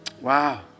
Wow